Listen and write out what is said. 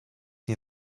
nie